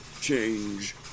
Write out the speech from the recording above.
change